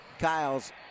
Kyle's